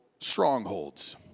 strongholds